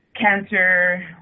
cancer